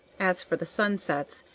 as for the sunsets,